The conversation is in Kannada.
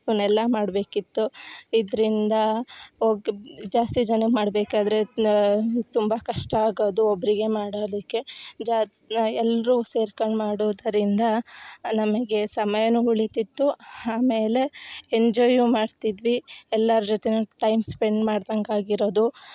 ಇವನ್ನೆಲ್ಲಾ ಮಾಡಬೇಕಿತ್ತು ಇದರಿಂದ ಜಾಸ್ತಿಜನ ಮಾಡಬೇಕಾದ್ರೆ ತುಂಬ ಕಷ್ಟ ಆಗೊದು ಒಬ್ಬರಿಗೆ ಮಾಡೊದಿಕೆ ಜಾ ನಾ ಎಲ್ಲರು ಸೇರ್ಕಂಡು ಮಾಡೋದರಿಂದ ನಮಗೆ ಸಮಯ ಉಳಿತಿತ್ತು ಆಮೇಲೆ ಎಂಜಾಯು ಮಾಡ್ತಿದ್ವಿ ಎಲ್ಲಾರ ಜೊತೆ ಟೈಮ್ ಸ್ಪೆಂಡ್ ಮಾಡಿದಂಗಾಗಿರೋದು